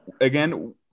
again